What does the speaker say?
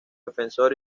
defensor